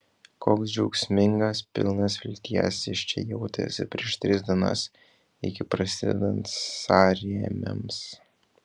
koks džiaugsmingas pilnas vilties jis čia jautėsi prieš tris dienas iki prasidedant sąrėmiams